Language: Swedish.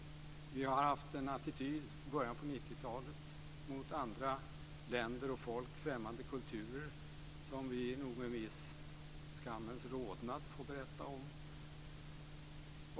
Vi har haft en attityd i början av 90-talet mot andra länder och folk, främmande kulturer, som vi nog med viss skammens rodnad får berätta om.